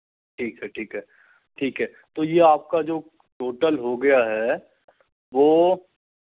ठीक है ठीक है ठीक है तो ये आपका जो टोटल हो गया हैं वो